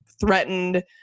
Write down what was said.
threatened